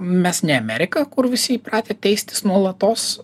mes ne amerika kur visi įpratę teistis nuolatos